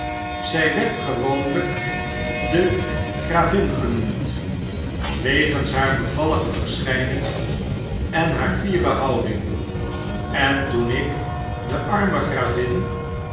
zy werd gewoonlijk de gravin genoemd wegens haar bevallige verschyning en haar fiere houding en toenikde arme gravin